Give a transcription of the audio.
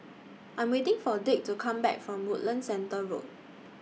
I Am waiting For Dick to Come Back from Woodlands Centre Road